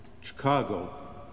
Chicago